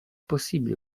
possibile